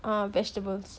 ah vegetables